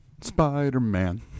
Spider-Man